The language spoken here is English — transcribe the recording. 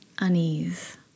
unease